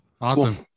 awesome